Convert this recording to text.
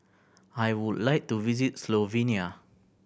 I would like to visit Slovenia